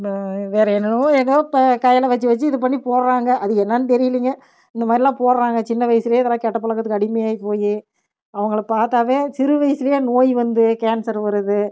வேற என்னென்னமோ ஏதோ ப கையில வச்சு வச்சு இது பண்ணி போடுறாங்க அது என்னன்னு தெரியலைங்க இந்த மாதிரிலாம் போடுறாங்க சின்ன வயசுலே இதெல்லாம் கெட்ட பழக்கத்துக்கு அடிமையாகி போய் அவங்கள பார்த்தாவே சிறு வயதிலே நோய் வந்து கேன்சர் வருது